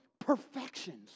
perfections